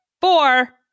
four